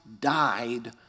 died